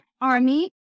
Army